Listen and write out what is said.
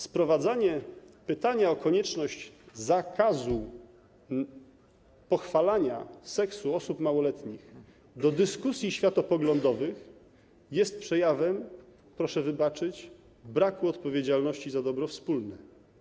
Sprowadzanie pytania o konieczność zakazu pochwalania seksu osób małoletnich do dyskusji światopoglądowych jest przejawem, proszę wybaczyć, braku odpowiedzialności za dobro wspólne.